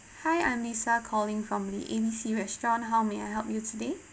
hi I'm lisa calling from the A_B_C restaurant how may I help you today